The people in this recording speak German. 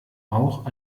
auch